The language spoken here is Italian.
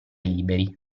liberi